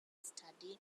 study